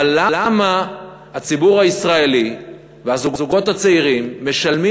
אבל למה הציבור הישראלי והזוגות הצעירים משלמים